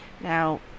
Now